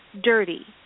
dirty